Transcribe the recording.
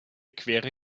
queere